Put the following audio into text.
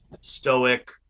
stoic